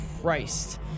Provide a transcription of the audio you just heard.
Christ